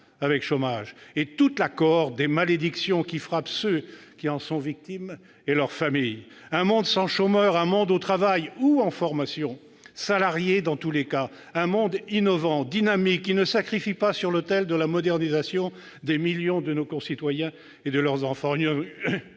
avec chômage et toute la cohorte des malédictions qui frappent ceux qui en sont victimes et leur famille : un monde sans chômeurs, un monde au travail ou en formation, salarié dans tous les cas ; un monde innovant, dynamique, qui ne sacrifie pas sur l'autel de la modernisation des millions de nos concitoyens et leurs enfants.